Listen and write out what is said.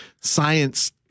science